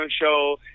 show